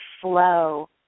flow